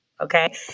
okay